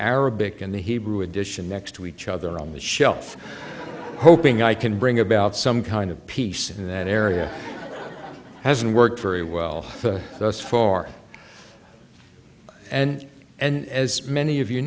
arabic and the hebrew edition next to each other on the shelf hoping i can bring about some kind of peace in that area hasn't worked very well thus far and and as many of you